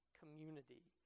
community